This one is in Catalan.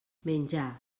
menjar